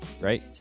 right